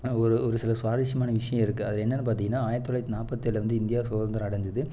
ஒரு ஒரு சில சுவாரஸ்யமான விஷயம் இருக்கு அது என்னன்னு பார்த்திங்கன்னா ஆயரத்து தொள்ளாயிரத்து நாற்பத்தேழுல வந்து இந்தியா சுகந்திரம் அடைஞ்சிது